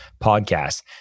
podcast